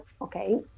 okay